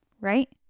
right